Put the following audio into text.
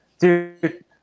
Dude